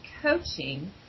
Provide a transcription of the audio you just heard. coaching